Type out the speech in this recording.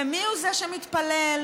ומיהו זה שמתפלל,